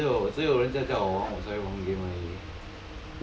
!aiya! 只有只有人家叫我玩我才玩 game 而已